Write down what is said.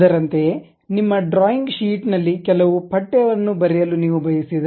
ಅದರಂತೆಯೇ ನಿಮ್ಮ drawing sheet ನಲ್ಲಿ ಕೆಲವು ಪಠ್ಯವನ್ನು ಬರೆಯಲು ನೀವು ಬಯಸಿದರೆ